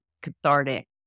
cathartic